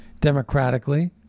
democratically